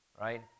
right